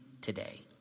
today